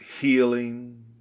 healing